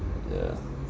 yeah